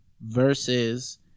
versus